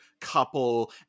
couple